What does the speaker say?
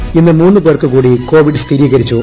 കേരളത്തിൽ ഇന്ന് മൂന്ന് പേർക്ക് കൂടി കോവിഡ് സ്ഥിരീകരിച്ചു